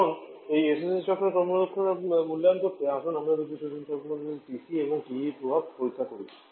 এখন এই SSS চক্রের কর্মক্ষমতা মূল্যায়ন করতে আসুন আমরা দুটি শেষের তাপমাত্রার TC এবং TE এর প্রভাব পরীক্ষা করে দেখি